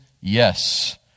yes